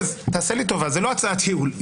זו לא הצעת ייעול.